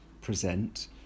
present